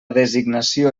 designació